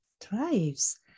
thrives